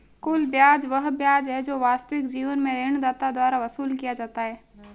कुल ब्याज वह ब्याज है जो वास्तविक जीवन में ऋणदाता द्वारा वसूल किया जाता है